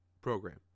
program